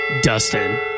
Dustin